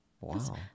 Wow